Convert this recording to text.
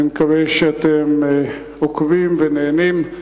אני מקווה שאתם עוקבים ונהנים.